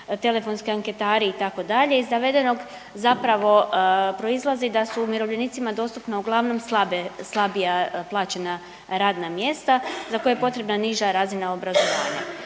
telefonski anketari itd., iz navedenog zapravo proizlazi da su umirovljenicima dostupna uglavnom slabe, slabija plaćena radna mjesta za koja je potrebna niža razina obrazovanja.